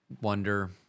wonder